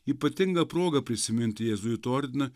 ypatinga proga prisiminti jėzuitų ordiną